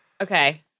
Okay